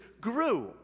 grew